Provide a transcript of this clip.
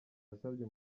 yasabye